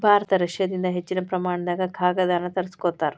ಭಾರತ ರಷ್ಯಾದಿಂದ ಹೆಚ್ಚಿನ ಪ್ರಮಾಣದಾಗ ಕಾಗದಾನ ತರಸ್ಕೊತಾರ